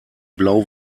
blau